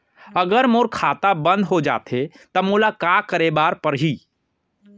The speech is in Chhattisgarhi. अगर मोर खाता बन्द हो जाथे त मोला का करे बार पड़हि?